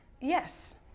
Yes